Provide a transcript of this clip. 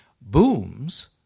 booms